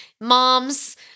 moms